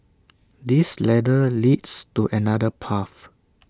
this ladder leads to another path